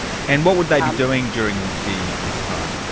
and what would they be doing during the. this time?